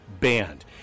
banned